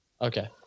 Okay